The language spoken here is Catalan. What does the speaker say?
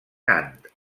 gant